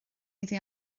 iddi